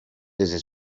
desde